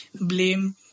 Blame